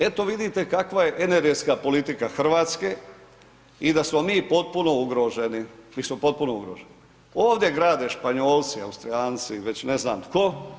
Eto vidite kakva je energetska politika Hrvatske i da smo mi potpuno ugroženi, mi smo potpuno ugroženi, ovdje grade Španjolci, Austrijanci, već ne znam, tko.